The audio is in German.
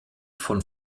von